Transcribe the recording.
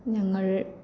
ഞങ്ങൾ